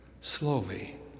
Slowly